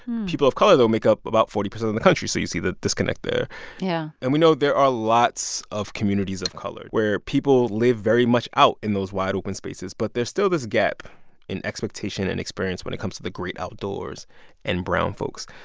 people of color, though, make up about forty percent of the country, so you see the disconnect there yeah and we know there are lots of communities of color where people live very much out in those wide-open spaces. but there's still this gap in expectation and experience when it comes to the great outdoors and brown folks.